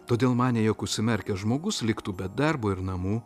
todėl manė jog užsimerkęs žmogus liktų be darbo ir namų